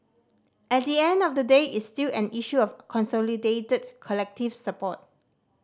at the end of the day it's still an issue of consolidated collective support